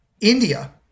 India